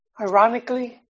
ironically